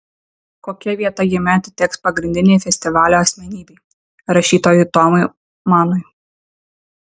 kokia vieta jame atiteks pagrindinei festivalio asmenybei rašytojui tomui manui